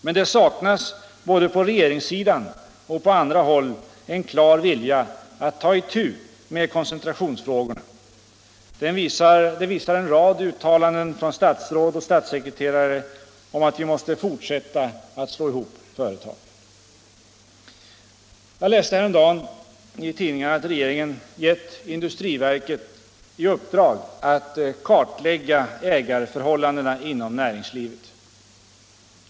Men det saknas både på regeringssidan och på andra håll en klar vilja att ta itu med koncentrationsfrågorna. Det visar en rad uttalanden från statsråd och statssekreterare om att vi måste fortsätta att slå ihop företag. Jag läste häromdagen i tidningen att regeringen gett industriverket i uppdrag att kartlägga ägarförhållandena inom näringslivet.